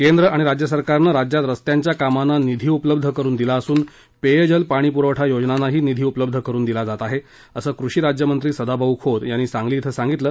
केंद्र आणि राज्यसरकारने राज्यात रस्त्यांच्या कामाना निधी उपलब्ध करुन दिला असुन पेयजल पाणीपुरवठा योजनांनाही निधी उपलब्ध करुन दिला जात आहे असं कृषी राज्यमंत्री सदाभाऊ खोत यांनी सांगली क्षे सांगितलं